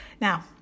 Now